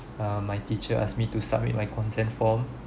uh my teacher ask me to submit my consent form